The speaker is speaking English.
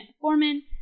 foreman